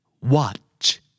Watch